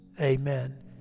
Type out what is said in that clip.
amen